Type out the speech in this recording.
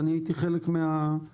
הייתי חלק מהדיונים,